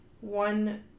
one